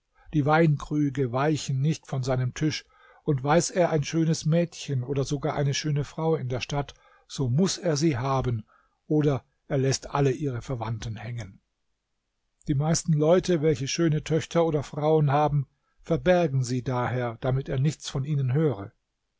die weinkrüge weichen nicht von seinem tisch und weiß er ein schönes mädchen oder sogar eine schöne frau in der stadt so muß er sie haben oder er läßt alle ihre verwandten hängen die meisten leute welche schöne töchter oder frauen haben verbergen sie daher damit er nichts von ihnen höre